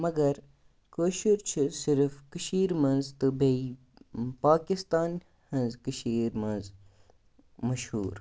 مگر کٲشُر چھِ صِرف کٔشیٖرِ منٛز تہٕ بیٚیہِ پاکِستان ہٕنٛز کٔشیٖر منٛز مشہوٗر